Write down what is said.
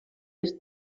est